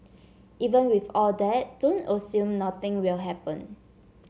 even with all that don't assume nothing will happen